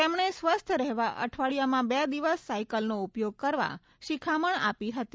તેમણે સ્વસ્થ રહેવા અઠવાડિયામાં બે દિવસ સાયકલનો ઉપયોગ કરવા શિખામણ આપી હતી